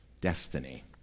destiny